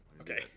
Okay